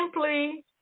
Simply